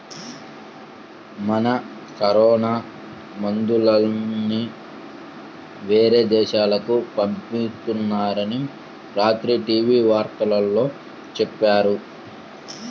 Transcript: మన కరోనా మందుల్ని యేరే దేశాలకు పంపిత్తున్నారని రాత్రి టీవీ వార్తల్లో చెప్పారు